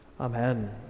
Amen